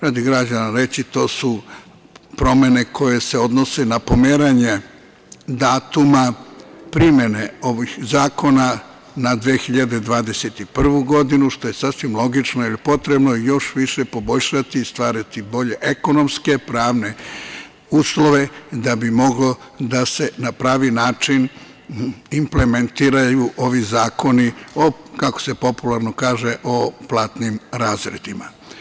Radi građana reći, to su promene koje se odnose na pomeranje datuma, primene ovih zakona na 2021. godinu, što je sasvim logično, jer potrebno je još više poboljšati i stvarati bolje ekonomske pravne uslove da bi moglo da se na pravi način implementiraju ovi zakoni, kako se popularno kaže, o platnim razredima.